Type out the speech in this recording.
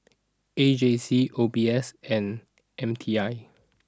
A J C O B S and M T I